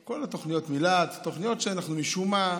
מיל"ת, תוכניות שמשום מה,